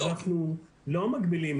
אנחנו לא מגבילים,